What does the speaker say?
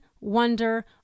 wonder